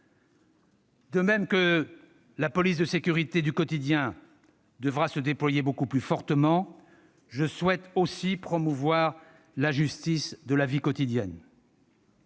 De même que la police de sécurité du quotidien devra se déployer beaucoup plus fortement, je souhaite aussi promouvoir la justice de la vie quotidienne.